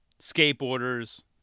Skateboarders